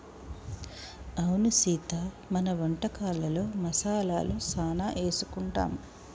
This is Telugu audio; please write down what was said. అవును సీత మన వంటకాలలో మసాలాలు సానా ఏసుకుంటాం